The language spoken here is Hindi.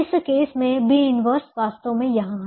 इस केस में B 1 वास्तव में यहाँ है